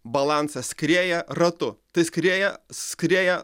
balansas skrieja ratu skrieja skrieja